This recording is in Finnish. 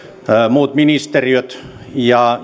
muut ministeriöt ja